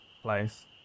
Place